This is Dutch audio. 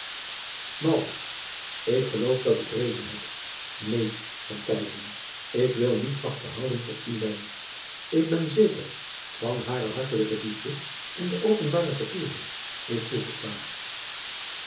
k geloof dat ik reden heb een k wil niet achterhoudend voor u zijn ik ben zeker van hare hartelijke liefde en de openbare verkeering is toegestaan